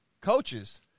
coaches